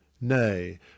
nay